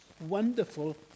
wonderful